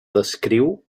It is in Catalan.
descriu